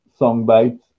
songbites